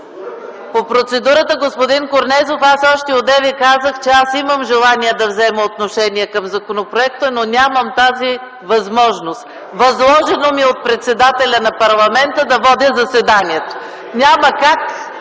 По процедурата, господин Корнезов, още одеве казах, че аз имам желание да взема отношение по законопроекта, но нямам тази възможност. Възложено ми е от председателя на парламента да водя заседанието. Няма как